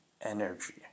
energy